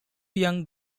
young